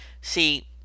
See